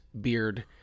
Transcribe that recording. beard